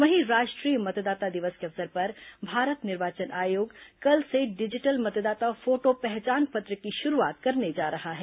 वहीं राष्ट्रीय मतदाता दिवस के अवसर पर भारत निर्वाचन आयोग कल से डिजिटल मतदाता फोटो पहचान पत्र की शुरूआत करने जा रहा है